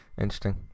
Interesting